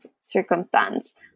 circumstance